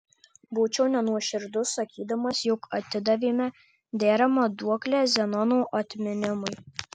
būčiau nenuoširdus sakydamas jog atidavėme deramą duoklę zenono atminimui